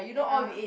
(uh huh)